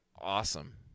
awesome